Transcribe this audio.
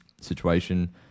situation